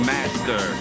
Master